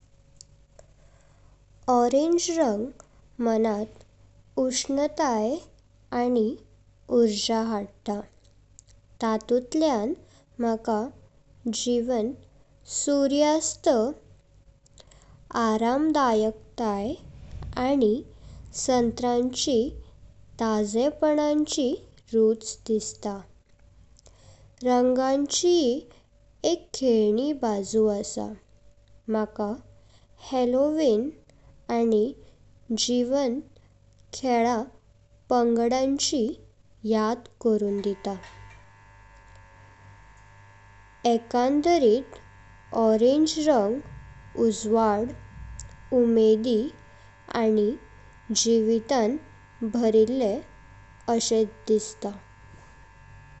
Orange रंग मनाथ उष्णताई, आनी ऊर्जा हडता। तातुथल्या म्हाका जीवन, सुर्यास्त, आरामधकायक्ताई, आनी संत्रांची ताजेपणाची रूच दिसता। रंगाची एक खेळणी बाजू असा, म्हाका हॅलोवीन आनी जीवन खेळा पांगडाची याड करून दिता। एकांदरित ऑरेंज रंग उज्वाड, उमेद आनी जीवितां भरिल्ले असे दिसता।